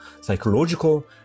psychological